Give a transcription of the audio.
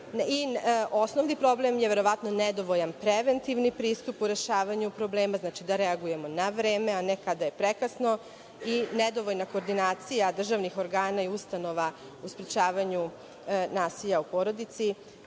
problem je verovatno nedovoljan preventivni pristup u rešavanju problema, znači da reagujemo na vreme a ne kada je prekasno, i nedovoljna koordinacija državnih organa i ustanova u sprečavanju nasilja u porodici.